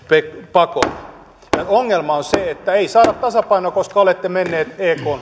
pakolla ja ongelma on se että ei saada tasapainoa koska olette menneet ekn